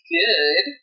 good